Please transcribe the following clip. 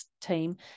team